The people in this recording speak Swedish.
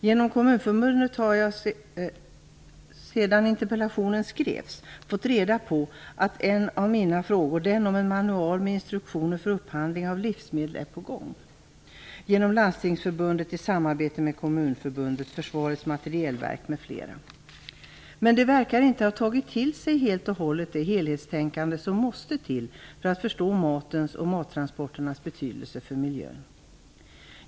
Genom Kommunförbundet har jag sedan interpellationen skrevs fått reda på att en av de saker jag frågade om - en manual med instruktioner för upphandling av livsmedel - är på gång genom Landstingsförbundet i samarbete med Kommunförbundet, Försvarets materielverk m.fl. Men de verkar inte ha tagit till sig det helhetstänkande som måste till för att man skall förstå matens och mattransporternas betydelse för miljön.